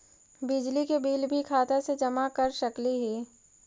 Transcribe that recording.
बिजली के बिल भी खाता से जमा कर सकली ही?